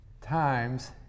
times